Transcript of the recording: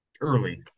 Early